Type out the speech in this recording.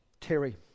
terry